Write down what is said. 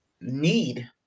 need